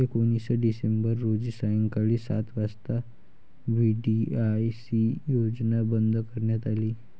एकोणीस डिसेंबर रोजी सायंकाळी सात वाजता व्ही.डी.आय.सी योजना बंद करण्यात आली